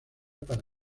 para